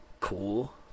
cool